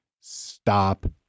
stop